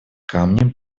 камнем